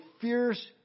fierce